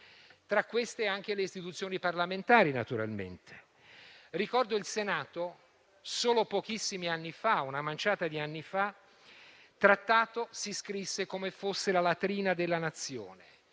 annoverate anche le istituzioni parlamentari: ricordo il Senato solo pochissimi anni fa, una manciata di anni fa, trattato - si scrisse - come fosse la latrina della Nazione,